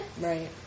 Right